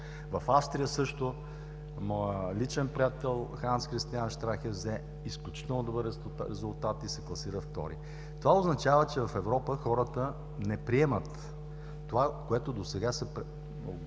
В Австрия също – моят личен приятел Ханс Кристиян Щрахе взе изключително добър резултат и се класира втори. Това означава, че в Европа хората не приемат това, което досега се